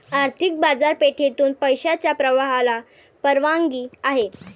आर्थिक बाजारपेठेतून पैशाच्या प्रवाहाला परवानगी आहे